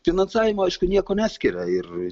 finansavimo aišku nieko neskiria ir